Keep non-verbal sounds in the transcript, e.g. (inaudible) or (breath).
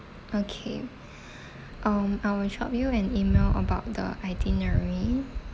okay (breath) um I will drop you an email about the itinerary